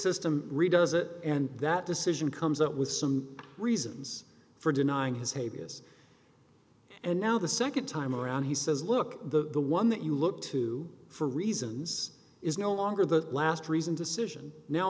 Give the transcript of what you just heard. system redoes it and that decision comes up with some reasons for denying his hey b s and now the second time around he says look the one that you look to for reasons is no longer the last reasoned decision now